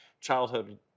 childhood